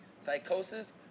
Psychosis